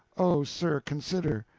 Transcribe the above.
oh, sir, consider!